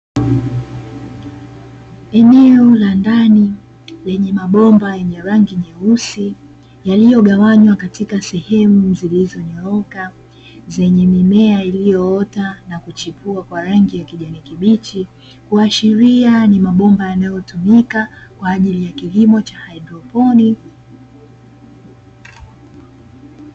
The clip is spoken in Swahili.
Eneo la ndani, lenye mabomba yenye rangi nyeusi yaliyogawanywa katika sehemu zilizonyooka, zenye mimea iliyoota na kuchipua kwa rangi ya kijani kibichi. Kuashiria ni mabomba yanayotumika kwa ajili ya kilimo cha haidroponi.